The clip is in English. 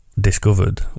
Discovered